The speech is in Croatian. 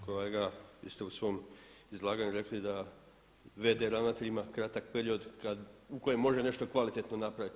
Kolega vi ste u svom izlaganju rekli da VD ravnatelj ima kratak period u kojem može nešto kvalitetno napraviti.